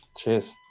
Cheers